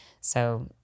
so-